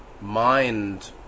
mind